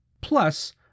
Plus